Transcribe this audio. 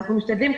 אנחנו משתדלים,